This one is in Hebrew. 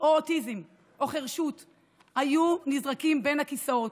או אוטיזם או חירשות היו נופלים בין הכיסאות,